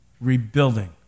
rebuilding